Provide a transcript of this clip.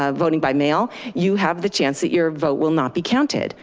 ah voting by mail, you have the chance that your vote will not be counted.